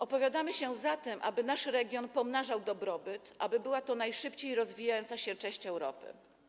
Opowiadamy się za tym, aby nasz region pomnażał dobrobyt, aby była to najszybciej rozwijająca się część Europy.